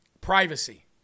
privacy